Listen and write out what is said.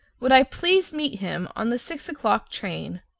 would i please meet him on the six o'clock train?